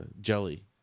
jelly